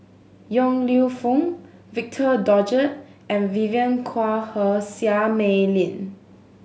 Yong Lew Foong Victor Doggett and Vivien Quahe Seah Mei Lin